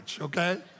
Okay